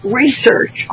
research